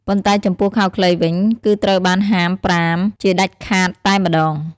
ប៉ុន្តែចំពោះខោខ្លីវិញ គឺត្រូវបានហាមប្រាមជាដាច់ខាតតែម្ដង។